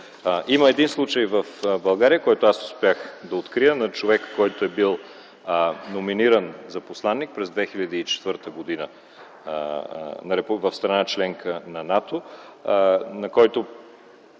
Има един случай в България, който успях да открия - човек, който е бил номиниран за посланик през 2004 г. в страна – член на НАТО, който